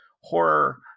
horror